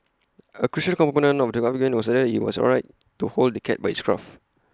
A crucial component of the argument was whether IT was alright to hold the cat by its scruff